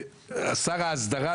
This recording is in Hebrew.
ושר האסדרה,